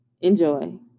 Enjoy